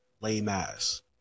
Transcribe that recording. lame-ass